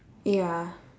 ya